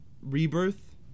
Rebirth